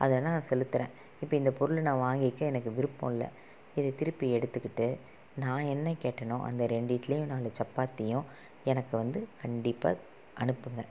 அது வேணுணா நான் சொல்லித்தறேன் இப்போ இந்த பொருளை நான் வாங்கிக்க எனக்கு விருப்பம் இல்லை இது திருப்பி எடுத்துக்கிட்டு நான் என்ன கேட்டனோ அந்த ரெண்டு இட்லியும் நாலு சப்பாத்தியும் எனக்கு வந்து கண்டிப்பாக அனுப்புங்க